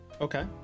okay